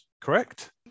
Correct